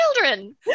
children